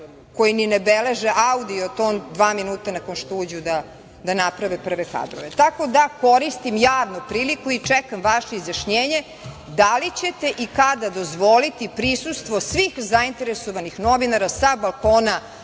koji mi ne beleže audio ton dva minuta nakon što uđu da naprave prve kadrove. Tako da koristim javno priliku i čekam vaše izjašnjenje. Da li ćete i kada dozvoliti prisustvo svih zainteresovanih novinara sa balkona